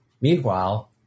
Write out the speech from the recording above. Meanwhile